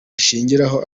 ashingiraho